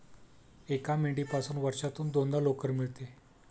एका मेंढीपासून वर्षातून दोनदा लोकर मिळते